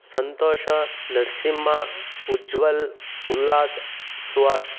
Santhosh Narasimha Ujwal Ullas Suhas